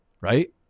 right